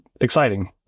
exciting